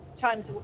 times